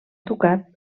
ducat